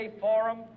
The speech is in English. forum